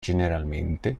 generalmente